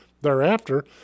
thereafter